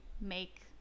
make